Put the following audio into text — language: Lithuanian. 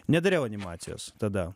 nedariau animacijos tada